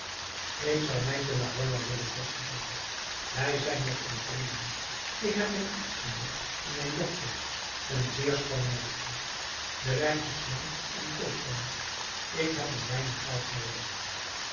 ik zou mij te la joya willen vestigen wij zijn met ons drieën ik heb mijn echtgenoot en mijn dochter een zeer schoon meisje de reis is lang en kostbaar ik heb een weinig geld noodig